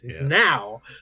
now